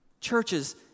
Churches